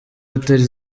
atari